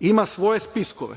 ima svoje spiskove